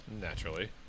naturally